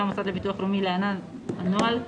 המוסד לביטוח לאומי (להלן הנוהל).